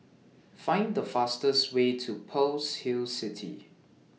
Find The fastest Way to Pearl's Hill City